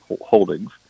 holdings